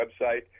website